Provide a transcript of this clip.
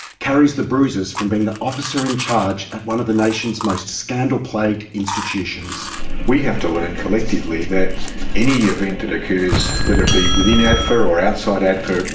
carries the bruises from being the officer in charge at one of the nation's most scandal-plagued institutionsbruce kafer we have to learn collectively that any event that occurs, whether it be within adfa or or outside adfa,